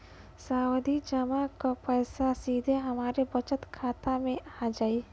सावधि जमा क पैसा सीधे हमरे बचत खाता मे आ जाई?